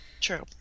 True